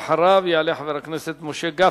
אחריו יעלה חבר הכנסת משה גפני,